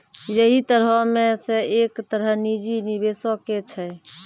यहि तरहो मे से एक तरह निजी निबेशो के छै